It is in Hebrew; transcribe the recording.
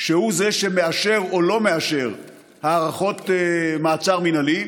והוא זה שמאשר או לא מאשר הארכות מעצר מינהלי.